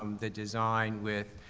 um the design with,